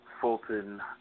Fulton